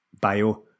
Bio